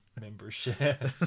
membership